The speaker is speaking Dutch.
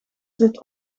zit